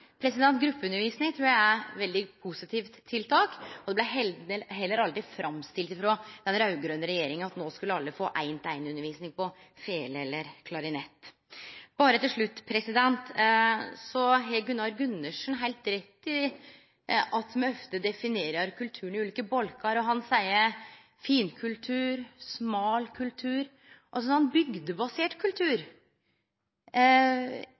veit. Gruppeundervisning trur eg er eit veldig positivt tiltak, og det blei heller aldri framstilt frå den raud-grøne regjeringa som at nå skulle alle få ein-til-ein-undervisning på fele eller klarinett. Berre til slutt: Gunnar Gundersen har heilt rett i at me ofte definerer kulturen i ulike bolkar. Han sa finkultur, smal kultur – og så sa han bygdebasert kultur.